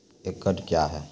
एकड कया हैं?